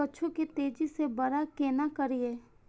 कद्दू के तेजी से बड़ा केना करिए?